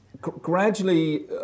gradually